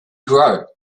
grow